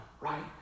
right